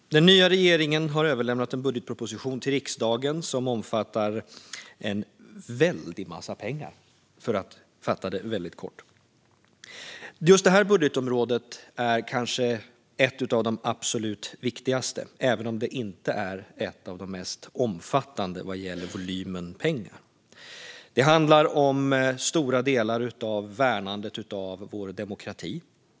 Herr talman! Den nya regeringen har överlämnat en budgetproposition till riksdagen som omfattar en väldig massa pengar, för att uttrycka det kort. Just det här budgetområdet är kanske ett av de absolut viktigaste, även om det inte är ett av de mest omfattande vad gäller volymen pengar. Det handlar om stora delar av värnandet av vår demokrati.